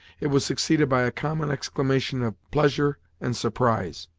it was succeeded by a common exclamation of pleasure and surprise.